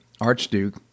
Archduke